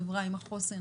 חברה עם חוסן,